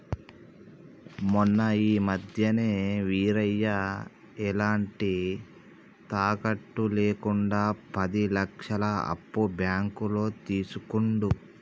మొన్న ఈ మధ్యనే వీరయ్య ఎలాంటి తాకట్టు లేకుండా పది లక్షల అప్పు బ్యాంకులో తీసుకుండు